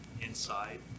inside